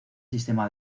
sistema